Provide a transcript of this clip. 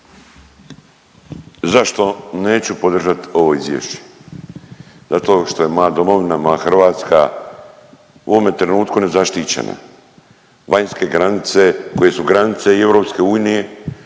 Zašto neću podržat ovo izvješće? Zato što je moja domovina, moja Hrvatska u ovome trenutku nezaštićena, vanjske granice koje su granice i EU i uspjeh